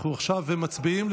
אנחנו עכשיו מצביעים.